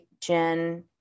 Jen